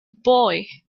boy